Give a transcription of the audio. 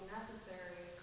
necessary